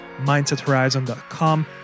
MindsetHorizon.com